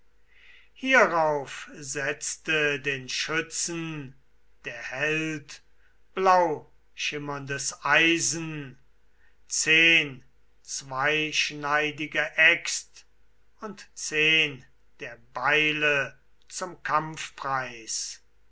hierauf setzte den schützen der held blauschimmerndes eisen zehn zweischneidige äxt und zehn der beile zum kampfpreis